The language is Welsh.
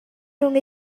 rhwng